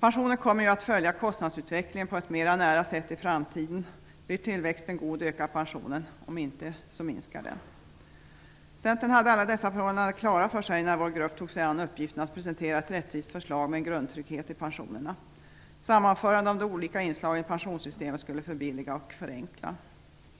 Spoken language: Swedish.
Pensionen kommer att följa kostnadsutvecklingen på ett mera nära sätt i framtiden. Blir tillväxten god ökar pensionen, om inte så minskar den. Centern hade alla dessa förhållanden klara för sig när vår grupp tog sig an uppgiften att presentera ett rättvist förslag med en grundtrygghet i pensionerna. Sammanförande av de olka inslagen i pensionssystemet skulle förbilliga och förenkla.